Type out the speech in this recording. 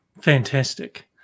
fantastic